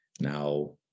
now